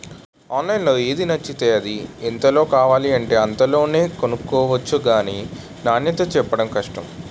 ఆన్లైన్లో ఏది నచ్చితే అది, ఎంతలో కావాలంటే అంతలోనే కొనుక్కొవచ్చు గానీ నాణ్యతే చెప్పడం కష్టం